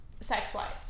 sex-wise